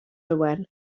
owen